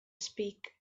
speak